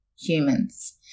humans